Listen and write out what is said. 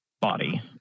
body